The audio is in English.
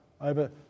over